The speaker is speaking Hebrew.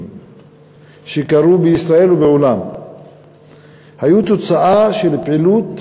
שקרו בישראל ובעולם היו תוצאה של פעילות